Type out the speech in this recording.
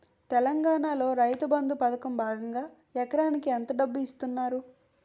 తెలంగాణలో రైతుబంధు పథకం భాగంగా ఎకరానికి ఎంత డబ్బు ఇస్తున్నారు?